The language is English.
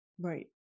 Right